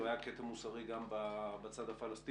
הוא היה כתם מוסרי גם בצד הפלסטיני.